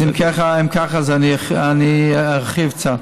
אז אם ככה, אני ארחיב קצת.